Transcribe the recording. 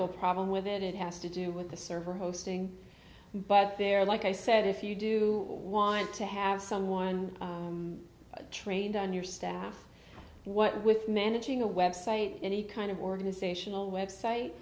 go problem with it it has to do with the server hosting but they're like i said if you do want to have someone trained on your staff what with managing a website or any kind of organizational website